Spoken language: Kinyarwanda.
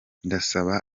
ndasaba